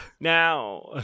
Now